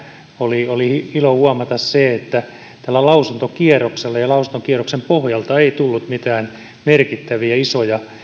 oli oli ilo huomata se että lausuntokierroksella ja ja lausuntokierroksen pohjalta ei tullut mitään merkittäviä isoja